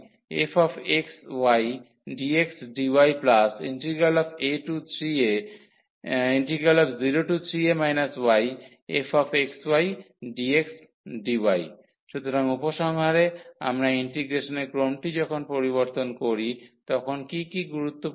0a02ayfxydxdya3a03a yfxydxdy সুতরাং উপসংহারে আমরা ইন্টিগ্রেশনের ক্রমটি যখন পরিবর্তন করি তখন কী কী গুরুত্বপূর্ণ